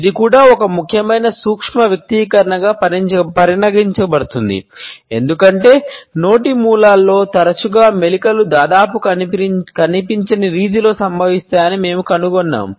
ఇది కూడా ఒక ముఖ్యమైన సూక్ష్మ వ్యక్తీకరణగా పరిగణించబడుతుంది ఎందుకంటే నోటి మూలల్లో తరచుగా మెలికలు దాదాపుగా కనిపించని రీతిలో సంభవిస్తాయని మేము కనుగొన్నాము